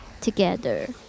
together